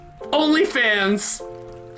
OnlyFans